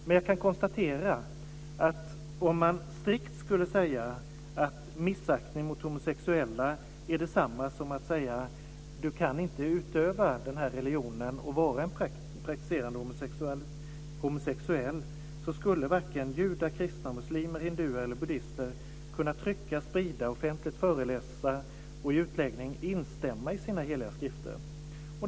Men jag kan konstatera att om man strikt skulle säga att missaktning mot homosexuella är detsamma som att säga att man inte kan utöva den här religionen och vara praktiserande homosexuell, så skulle varken judar, kristna, muslimer, hinduer eller buddister kunna trycka, sprida, offentligt föreläsa om och i utläggning instämma i sina hela skrifter.